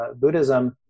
Buddhism